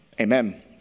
Amen